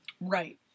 Right